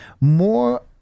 More